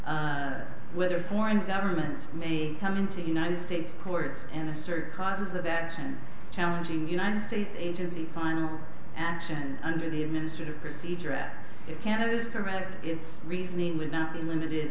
our whether foreign governments may come into the united states courts and assert causes of action challenging united states agency final action under the administrative procedure and can i was correct it's reasoning would not be limited